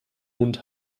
und